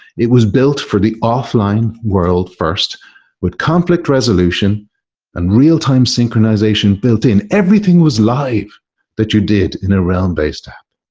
it was built for the offline world first with conflict resolution and real-time synchronization built in. everything was live that you did in a realm-based app.